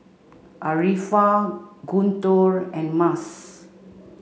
Arifa Guntur and Mas